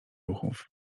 ruchów